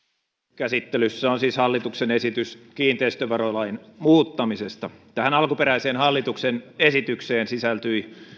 käsittelyssä on siis hallituksen esitys kiinteistöverolain muuttamisesta tähän alkuperäiseen hallituksen esitykseen sisältyi